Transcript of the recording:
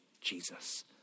Jesus